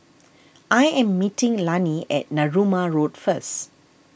I am meeting Lannie at Narooma Road first